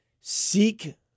Seek